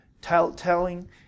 telling